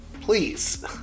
please